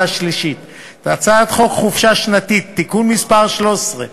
השלישית את הצעת חוק חופשה שנתית (תיקון מס' 13),